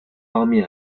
方面